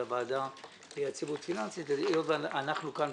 הוועדה ליציבות פיננסית היות ואנחנו כאן,